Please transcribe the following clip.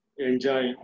enjoy